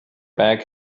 bag